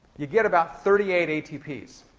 you get about thirty eight atps.